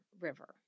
River